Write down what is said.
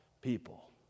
people